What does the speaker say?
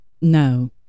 no